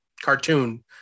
cartoon